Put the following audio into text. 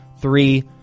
Three